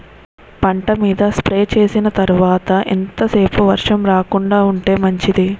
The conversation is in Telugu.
పంట మీద స్ప్రే చేసిన తర్వాత ఎంత సేపు వర్షం రాకుండ ఉంటే మంచిది?